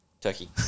Turkey